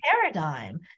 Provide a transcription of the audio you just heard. paradigm